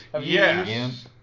Yes